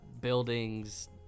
buildings